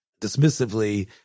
dismissively